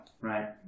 right